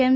એમ